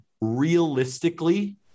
realistically